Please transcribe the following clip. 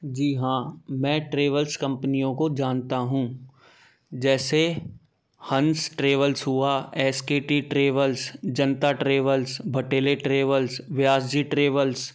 जी हाँ मैं ट्रेवल्स कम्पनियों को जानता हूँ जैसे हंस ट्रेवल्स हुआ SKT travels Janata travels Bhatele travels Vyas ji travels